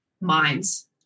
minds